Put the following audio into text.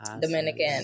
Dominican